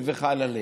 שזה חל עליהם.